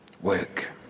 work